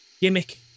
gimmick